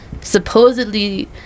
supposedly